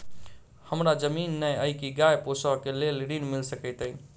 हमरा जमीन नै अई की गाय पोसअ केँ लेल ऋण मिल सकैत अई?